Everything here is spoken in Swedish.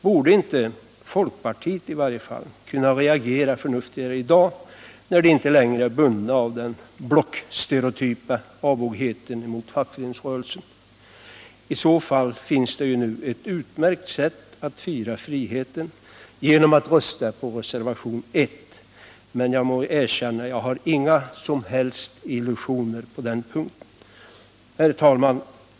Borde inte i varje fall folkpartiet kunna agera förnuftigare i dag, när man inte längre är bunden av den blockstereotypa avogheten mot fackföreningsrörelsen? I så fall finns nu ett utmärkt sätt att fira friheten: genom att rösta på reservationen 1. Men jag må erkänna att jag inte har några som helst illusioner på den punkten. Herr talman!